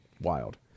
wild